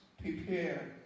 prepare